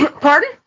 Pardon